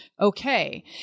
okay